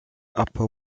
upper